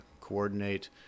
coordinate